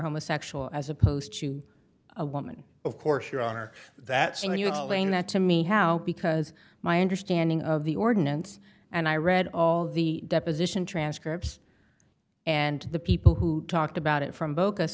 homosexual as opposed to a woman of course your honor that's when you explain that to me how because my understanding of the ordinance and i read all the deposition transcripts and the people who talked about it from bo